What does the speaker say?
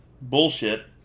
bullshit